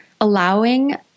allowing